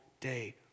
day